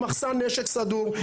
עם מחסן נשק סדור,